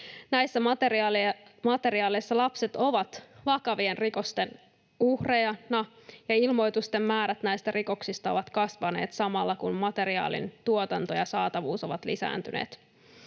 Näissä materiaaleissa lapset ovat vakavien rikosten uhreja, ja ilmoitusten määrät näistä rikoksista ovat kasvaneet samalla, kun materiaalin tuotanto ja saatavuus ovat lisääntyneet.